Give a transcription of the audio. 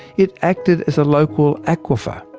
it acted as a local aquifer,